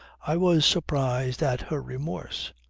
i was surprised at her remorse.